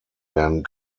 werden